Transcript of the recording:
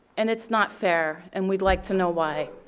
and it's not fair and we'd like to know why.